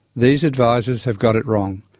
these advisers have got it wrong,